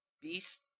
beast